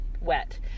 wet